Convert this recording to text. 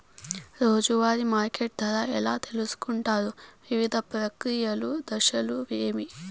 రోజూ వారి మార్కెట్ ధర ఎలా తెలుసుకొంటారు వివిధ ప్రక్రియలు దశలు ఏవి?